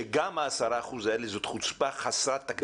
שגם ה-10% האלה זו חוצפה חסרת תקדים.